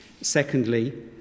Secondly